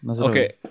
okay